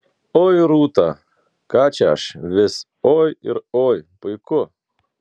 oi rūta ką čia aš vis oi ir oi puiku